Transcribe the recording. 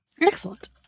Excellent